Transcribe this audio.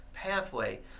Pathway